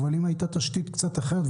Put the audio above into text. אבל אם הייתה תשתית קצת אחרת,